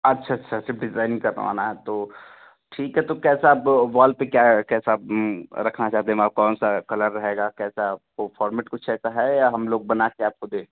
अच्छा अच्छा सिर्फ डिज़ाइन करवाना है तो ठीक है तो कैसा आप वॉल पर क्या कैसा रखना चाहते हैं वहाँ कौन सा कलर रहेगा कैसा आपको फॉर्मेट कुछ ऐसा है या हम लोग बना के आपको दें